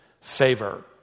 favor